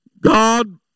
God